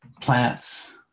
plants